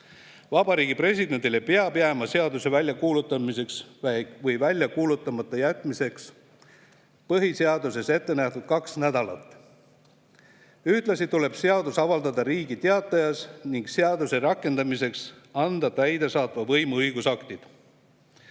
Vabariigi Presidendile peab jääma seaduse väljakuulutamiseks või välja kuulutamata jätmiseks põhiseaduses ettenähtud kaks nädalat. Ühtlasi tuleb seadus avaldada Riigi Teatajas ning seaduse rakendamiseks anda täidesaatva võimu õigusaktid.